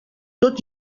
tot